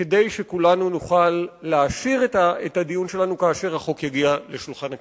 כדי שכולנו נוכל להעשיר את הדיון שלנו כאשר החוק יגיע לשולחן הכנסת.